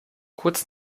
kurz